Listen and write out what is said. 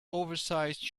oversized